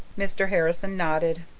mr. harrison nodded.